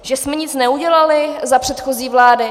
Že jsme nic neudělali za předchozí vlády?